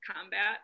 combat